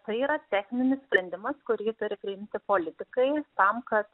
tai yra techninis sprendimas kurį turi priimti politikai tam kad